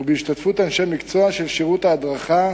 ובהשתתפות אנשי מקצוע של שירות ההדרכה,